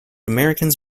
americans